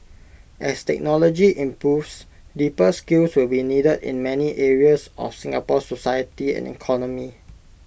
as technology improves deeper skills will be needed in many areas of Singapore's society and economy